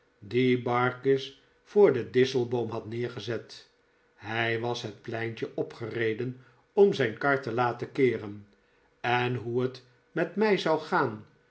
barkis voor den disselboom had neergezet hij was het pleintje opgereden om zijn kar te laten keeren en hoe het met mij zou gaan